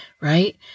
right